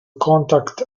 contact